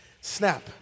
snap